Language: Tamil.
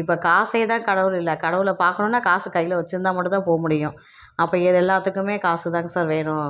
இப்போ காசே தான் கடவுள் இல்லை கடவுளை பார்க்கணும்னா காசு கையில் வச்சுருந்தா மட்டும் தான் போக முடியும் அப்போ இது எல்லாத்துக்குமே காசுதாங்க சார் வேணும்